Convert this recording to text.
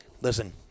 Listen